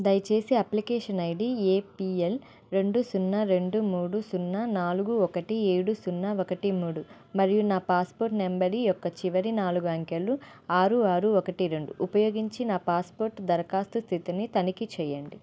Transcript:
దయచేసి application ID APL రెండు సున్నా రెండు మూడు సున్నా నాలుగు ఒకటి ఏడు సున్నా ఒకటి మూడు మరియు నా పాస్పోర్ట్ నంబర్ యొక్క చివరి నాలుగు అంకెలు ఆరు ఆరు ఒకటి రెండు ఉపయోగించి నా పాస్పోర్ట్ దరఖాస్తు స్థితిని తనిఖీ చేయండి